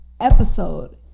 episode